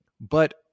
but-